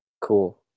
Cool